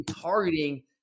targeting